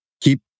keep